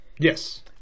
Yes